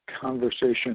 conversation